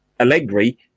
Allegri